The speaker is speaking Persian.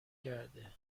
کرده